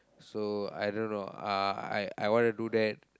so I don't know I I I wanna do that